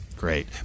great